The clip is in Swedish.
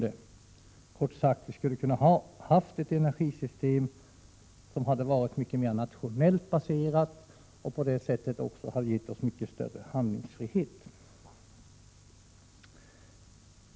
Kort sagt kunde vi ha haft ett energisystem, som hade varit mera nationellt och på så sätt gett oss mycket större handlingsfrihet.